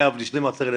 אני אב ל-12 ילדים,